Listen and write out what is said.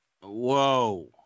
Whoa